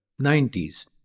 90s